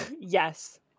Yes